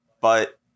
But-